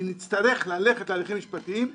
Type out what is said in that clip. כי נצטרך ללכת להליכים משפטיים,